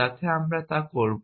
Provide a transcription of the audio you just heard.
তাতে আমরা তা করব